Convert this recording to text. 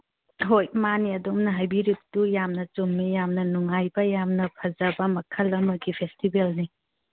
ꯍꯣꯏ ꯃꯥꯅꯤ ꯑꯗꯣꯝꯅ ꯍꯥꯏꯕꯤꯔꯤꯕꯗꯨ ꯌꯥꯝꯅ ꯆꯨꯝꯃꯤ ꯌꯥꯝꯅ ꯅꯨꯡꯉꯥꯏꯕ ꯌꯥꯝꯅ ꯐꯖꯕ ꯃꯈꯜ ꯑꯃꯒꯤ ꯐꯦꯁꯇꯤꯚꯦꯜꯅꯤ